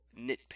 Nitpick